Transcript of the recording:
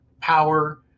power